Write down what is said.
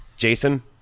Jason